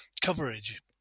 coverage